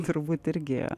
turbūt irgi